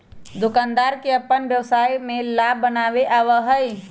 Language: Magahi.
दुकानदार के अपन व्यवसाय में लाभ बनावे आवा हई